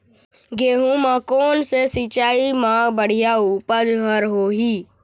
गेहूं म कोन से सिचाई म बड़िया उपज हर होही?